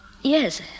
Yes